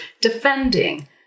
defending